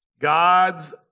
God's